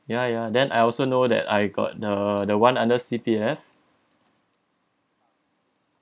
ya ya then I also know that I got the the one under C_P_F